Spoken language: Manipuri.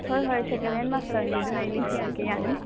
ꯍꯣꯏ ꯍꯣꯏ ꯁꯦꯀꯦꯟ ꯍꯦꯟ ꯃꯥꯁꯇꯔꯅꯦ ꯑꯗꯨꯅ ꯑꯩ ꯅꯤꯡꯁꯤꯡꯉꯛꯀꯦ ꯌꯥꯅꯤ